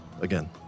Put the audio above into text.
again